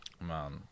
man